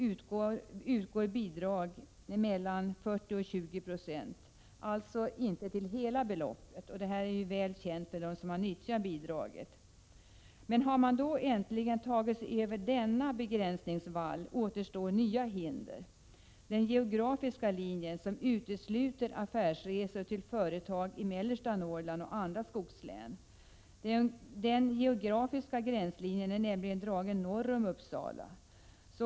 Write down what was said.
utgår bidrag endast till mellan 40 och 20 96 av kostnaderna därutöver, alltså inte till hela beloppet. Detta är väl känt för dem som har nyttjat bidraget. Har man väl tagit sig över denna begränsningsvall, återstår nya hinder. Den geografiska linjen utesluter affärsresor till företag i mellersta Norrland och andra skogslän. Den geografiska gränslinjen är nämligen dragen norr om Uppsala.